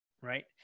Right